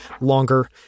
longer